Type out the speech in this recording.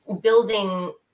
building